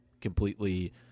completely